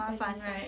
麻烦 right